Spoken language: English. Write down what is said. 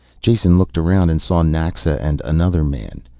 jason looked around and saw naxa and another man.